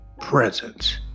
presence